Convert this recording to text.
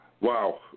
wow